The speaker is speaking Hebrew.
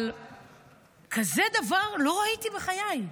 אבל כזה דבר לא ראיתי בחיי.